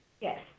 Yes